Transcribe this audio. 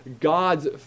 God's